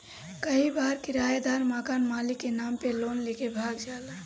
कई बार किरायदार मकान मालिक के नाम पे लोन लेके भाग जाला